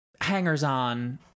hangers-on